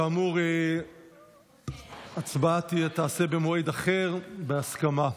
כאמור, ההצבעה תיעשה במועד אחר, בהסכמה.